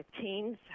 teens